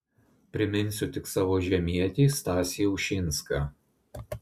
priminsiu tik savo žemietį stasį ušinską